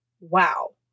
wow